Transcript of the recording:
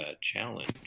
challenge